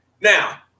Now